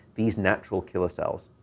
these natural killer cells.